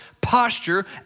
posture